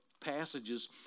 passages